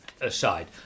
aside